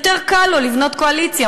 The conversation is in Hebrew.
יותר קל לו לבנות קואליציה.